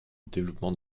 développement